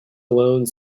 alone